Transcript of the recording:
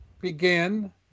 begin